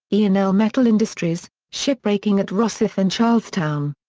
ian l. metal industries shipbreaking at rosyth and charlestown.